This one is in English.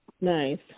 Nice